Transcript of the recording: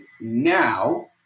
now